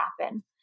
happen